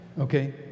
Okay